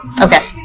Okay